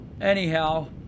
anyhow